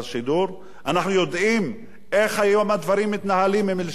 אנחנו יודעים איך היום הדברים מתנהלים עם לשכת ראש הממשלה,